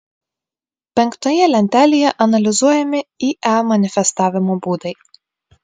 penktoje lentelėje analizuojami ie manifestavimo būdai